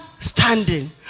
standing